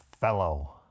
Fellow